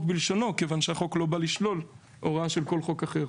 בלשונו כיוון שהחוק לא בא לשלול הוראה של כל חוק אחר.